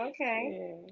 okay